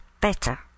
better